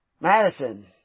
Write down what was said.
Madison